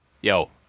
Yo